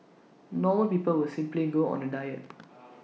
normal people would simply go on A diet